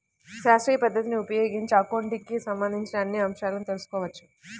శాస్త్రీయ పద్ధతిని ఉపయోగించి అకౌంటింగ్ కి సంబంధించిన అన్ని అంశాలను తెల్సుకోవచ్చు